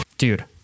Dude